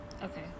Okay